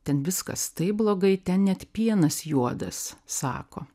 ten viskas taip blogai ten net pienas juodas sako